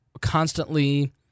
constantly